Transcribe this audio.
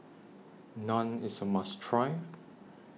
Naan IS A must Try